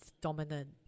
dominant